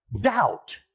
doubt